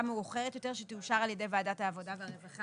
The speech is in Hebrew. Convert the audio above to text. מאוחרת יותר שתאושר על ידי ועדת העבודה והרווחה.